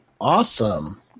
awesome